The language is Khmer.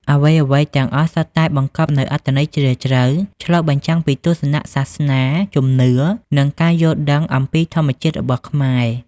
អ្វីៗទាំងអស់សុទ្ធតែបង្កប់នូវអត្ថន័យជ្រាលជ្រៅ ឆ្លុះបញ្ចាំងពីទស្សនៈសាសនា ជំនឿ និងការយល់ដឹងអំពីធម្មជាតិរបស់ខ្មែរ។